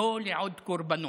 לא לעוד קורבנות.